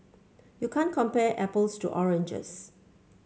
you can't compare apples to oranges